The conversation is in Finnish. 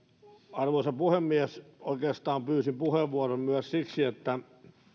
arvoisa puhemies oikeastaan pyysin puheenvuoron myös siksi että